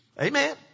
Amen